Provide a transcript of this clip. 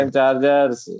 Chargers